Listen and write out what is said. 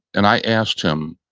and i asked him,